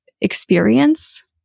experience